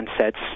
sets